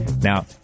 Now